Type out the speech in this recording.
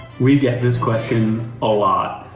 we get this question a lot.